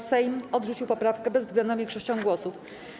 Sejm odrzucił poprawkę bezwzględną większością głosów.